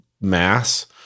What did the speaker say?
mass